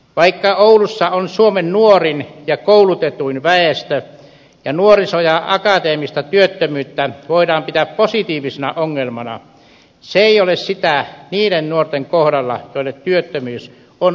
vaikka oulussa on suomen nuorin ja koulutetuin väestö ja nuoriso ja akateemista työttömyyttä voidaan pitää positiivisena ongelmana se ei ole sitä niiden nuorten kohdalla joille työttömyys on omakohtainen asia